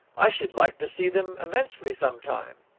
i should like to see them immensely some time.